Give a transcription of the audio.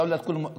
(אומר בערבית: מדינת כל אזרחיה?)